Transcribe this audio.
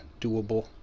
doable